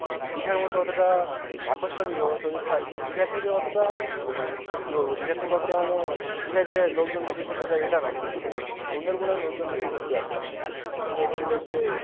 দীঘার মতো অতটা আকর্ষণীয় তো যে দীঘার থেকে অতটা মানে আর কী বলব দীঘার থেকে অতটা মানে দীঘা যে লোকজন বেশি ঘুরতে যায় এটা না কিন্তু সুন্দরবনে লোকজন বেশি ঘুরতে আসে সুন্দরবনে যে